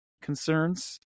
concerns